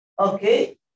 Okay